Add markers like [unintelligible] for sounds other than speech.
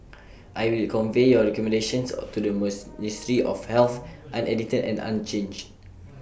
I will convey your recommendations [hesitation] to the [unintelligible] ministry of health unedited and unchanged